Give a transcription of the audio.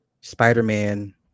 Spider-Man